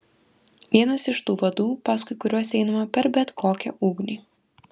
vienas iš tų vadų paskui kuriuos einama per bet kokią ugnį